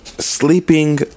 Sleeping